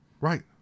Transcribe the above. Right